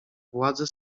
władze